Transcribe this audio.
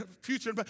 future